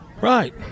Right